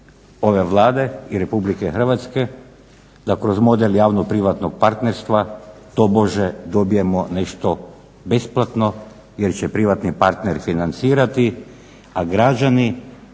ove Vlade i Republike Hrvatske da kroz model javno-privatnog partnerstva tobože dobijemo nešto besplatno jer će privatni partner financirati, a građani